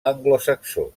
anglosaxó